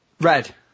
Red